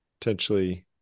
potentially